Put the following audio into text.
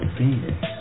Phoenix